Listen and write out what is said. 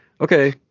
okay